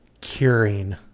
curing